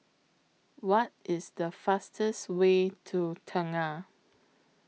What IS The fastest Way to Tengah